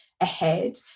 ahead